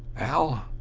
al,